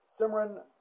Simran